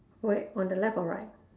wait on the left or right